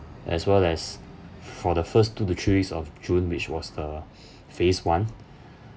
as well as for the first two to three weeks of june which was the phase one